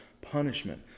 punishment